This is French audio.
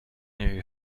eut